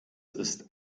ist